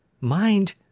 Mind